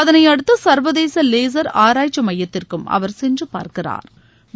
அதனையடுத்து சா்வதேச லேசா் ஆராய்ச்சி மையத்திற்கும் அவா் சென்று பாா்கிறாா்